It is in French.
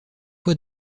fois